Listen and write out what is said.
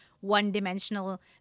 one-dimensional